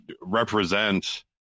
represent